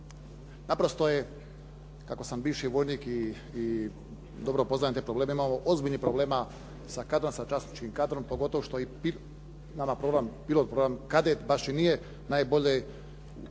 Naprosto je kako sam bivši vojnik i dobro poznajem te probleme imamo ozbiljnih problema sa kadrom, sa časničkim kadrom, pogotovo što je nama problem, kadet baš i nije najbolje